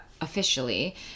officially